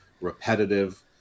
repetitive